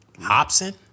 Hobson